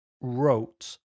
wrote